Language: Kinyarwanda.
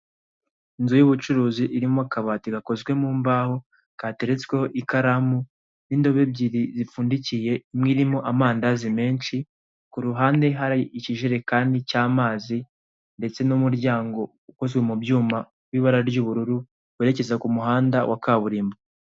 Inzu y'ubucuruzi irimo akabati gakozwe mu mbaho, kateretsweho ikaramu n'indobo ebyiri zipfundikiye, imwe irimo amandazi menshi, ku ruhande hari ikijerekani cy'amazi ndetse n'umuryango ukozwe mu byuma ufite ibara ry'ubururu, werekeza ku muhanda wa kaburimbo.